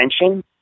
attention